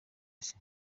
isi